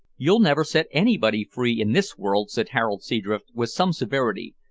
you'll never set anybody free in this world said harold seadrift, with some severity,